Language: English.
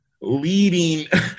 leading